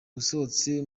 asohotse